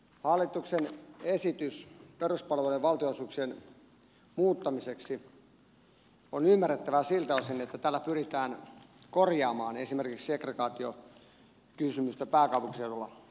hallituksen esitys peruspalvelujen valtionosuuksien muuttamiseksi on ymmärrettävä siltä osin että tällä pyritään korjaamaan esimerkiksi segregaa tiokysymystä pääkaupunkiseudulla